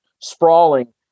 sprawling